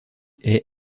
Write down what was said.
est